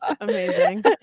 Amazing